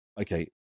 okay